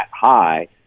high